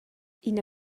ina